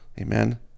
Amen